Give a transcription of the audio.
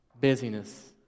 Busyness